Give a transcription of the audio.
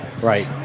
Right